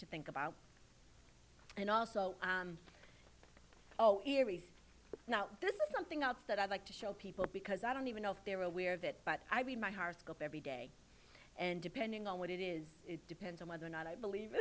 to think about and also oh here is not this is something out that i'd like to show people because i don't even know if they're aware of it but i read my horoscope every day and depending on what it is it depends on whether or not i believe